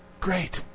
Great